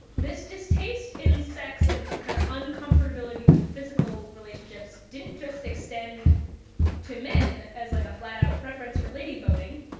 this distaste in sex and ah kind of uncomfortability with physical relationships didn't just extend to men, as like a flat out preference for lady boning.